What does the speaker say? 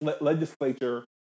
legislature